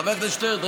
חבר הכנסת שטרן,